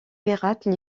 pirates